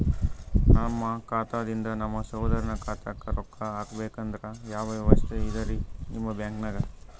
ನಮ್ಮ ಖಾತಾದಿಂದ ನಮ್ಮ ಸಹೋದರನ ಖಾತಾಕ್ಕಾ ರೊಕ್ಕಾ ಹಾಕ್ಬೇಕಂದ್ರ ಯಾವ ವ್ಯವಸ್ಥೆ ಇದರೀ ನಿಮ್ಮ ಬ್ಯಾಂಕ್ನಾಗ?